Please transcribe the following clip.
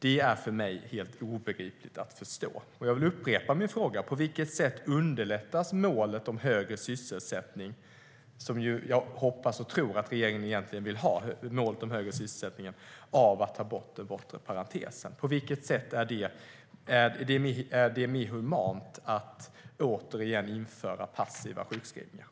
Det är för mig helt obegripligt.